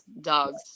dogs